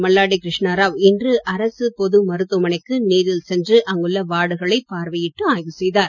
மல்லாடி கிருஷ்ணா ராவ் இன்று அரசுப் பொது மருத்துவமனைக்கு நேரில் சென்று அங்குள்ள வார்டுகளை பார்வையிட்டு ஆய்வு செய்தார்